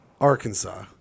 Arkansas